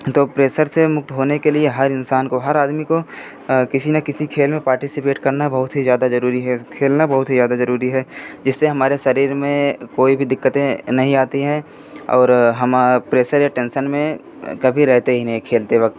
तो प्रेसर से मुक्त होने के लिए हर इंसान को हर आदमी को किसी ना किसी खेल में पार्टिसीपेट करना बहुत ही ज़्यादा ज़रूरी है खेलना बहुत ही ज़्यादा ज़रूरी है इससे हमारे शरीर में कोई भी दिक़्क़तें नहीं आती हैं और हमा प्रेसर या टेंसन में कभी रहते ही नहीं खेलते वक़्त